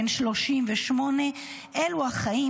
בן 38. אלו החיים.